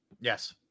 Yes